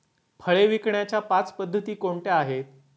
फळे विकण्याच्या पाच पद्धती कोणत्या आहेत?